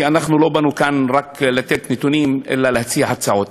לא באנו לכאן רק לתת נתונים אלא להציע הצעות.